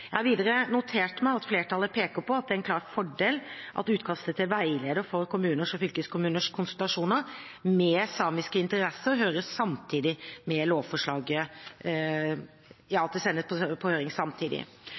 Jeg har videre notert meg at flertallet peker på at det er en klar fordel at utkastet til veileder for kommuners og fylkeskommuners konsultasjoner med samiske interesser høres samtidig som lovforslaget